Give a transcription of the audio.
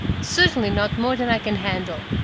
certainly not more than i can handle.